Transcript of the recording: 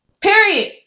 Period